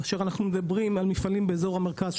כאשר אנחנו מדברים על מפעלים באזור המרכז,